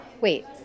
Wait